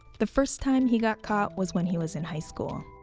the first time he got caught was when he was in highschool.